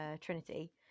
Trinity